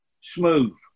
smooth